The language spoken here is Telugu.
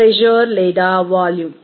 ప్రెజర్ లేదా వాల్యూమ్